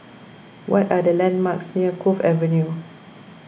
what are the landmarks near Cove Avenue